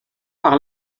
par